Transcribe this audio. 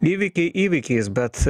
įvykiai įvykiais bet